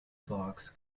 box